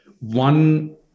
one